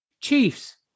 Chiefs